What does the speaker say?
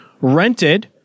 rented